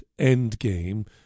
Endgame